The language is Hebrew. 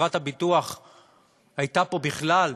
חברת הביטוח הייתה פה בכלל?